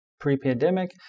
pre-pandemic